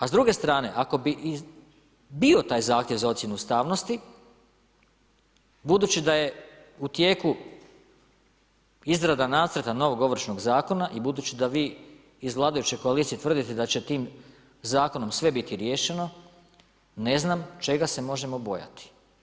A s druge strane, ako bi i bio taj zahtjev za ocjenu ustavnosti, budući da je u tijeku izrada nacrta novog ovršnog zakona i budući da vi iz vladajuće koalicije tvrdite da će tim zakonom sve biti riješeno, ne znam čega se možemo bojati.